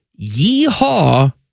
Yeehaw